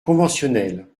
conventionnel